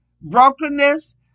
brokenness